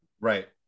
Right